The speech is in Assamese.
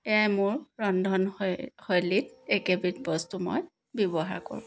এয়াই মোৰ ৰন্ধন শৈ শৈলীত এইকেইবিধ বস্তু মই ব্যৱহাৰ কৰোঁ